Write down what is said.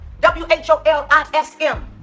W-H-O-L-I-S-M